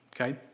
Okay